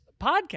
podcast